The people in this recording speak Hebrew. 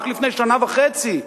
רק לפני שנה וחצי,